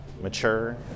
mature